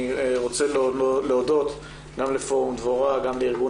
אני רוצה להודות גם לפורום דבורה וגם לארגון